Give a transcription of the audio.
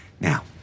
Now